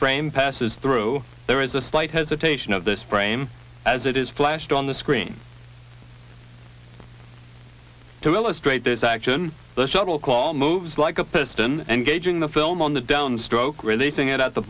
frame passes through there is a slight hesitation of this frame as it is flashed on the screen to illustrate this action the shuttle call moves like a piston engaging the film on the downstroke releasing it at the